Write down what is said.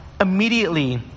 Immediately